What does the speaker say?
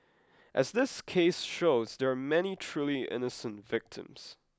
as this case shows there are many truly innocent victims